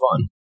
fun